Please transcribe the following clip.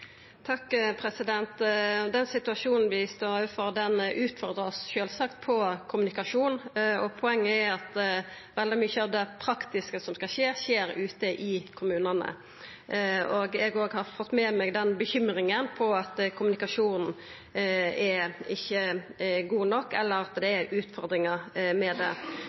Den situasjonen vi står overfor, utfordrar oss sjølvsagt på kommunikasjon. Poenget er at veldig mykje av det praktiske som skal skje, skjer ute i kommunane. Eg har også fått med meg bekymringa for at kommunikasjonen ikkje er god nok, eller at det er utfordringar med det.